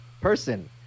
person